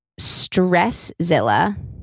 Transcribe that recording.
stresszilla